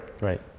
Right